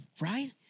right